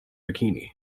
bikini